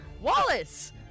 wallace